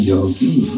Yogi